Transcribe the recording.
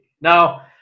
Now